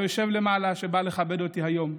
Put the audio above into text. היושב למעלה, בא לכבד אותי היום.